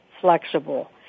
flexible